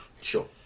Sure